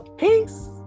Peace